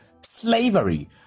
slavery